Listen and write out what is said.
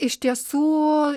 iš tiesų